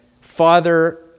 Father